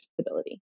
stability